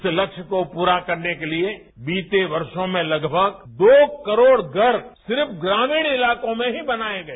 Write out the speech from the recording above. इस लक्ष्य को पूरा करने के लिए बीते वर्षों में लगभग दो करोड़ घर सिर्फ ग्रामीण इलाकों में ही बनाये गए